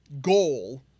goal